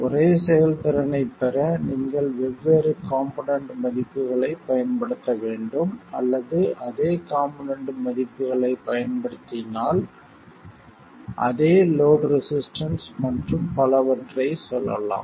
ஒரே செயல்திறனைப் பெற நீங்கள் வெவ்வேறு காம்போனென்ட் மதிப்புகளைப் பயன்படுத்த வேண்டும் அல்லது அதே காம்போனென்ட் மதிப்புகளைப் பயன்படுத்தினால் அதே லோட் ரெசிஸ்டன்ஸ் மற்றும் பலவற்றைச் சொல்லலாம்